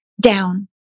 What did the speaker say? down